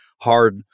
hard